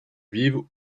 vive